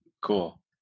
Cool